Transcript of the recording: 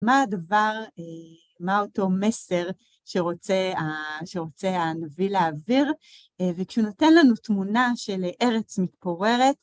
מה הדבר, מה אותו מסר שרוצה הנביא להעביר, וכשנותן לנו תמונה של ארץ מתפוררת,